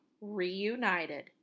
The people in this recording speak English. reunited